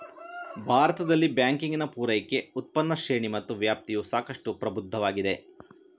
ಭಾರತದಲ್ಲಿ ಬ್ಯಾಂಕಿಂಗಿನ ಪೂರೈಕೆ, ಉತ್ಪನ್ನ ಶ್ರೇಣಿ ಮತ್ತು ವ್ಯಾಪ್ತಿಯು ಸಾಕಷ್ಟು ಪ್ರಬುದ್ಧವಾಗಿದೆ